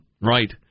Right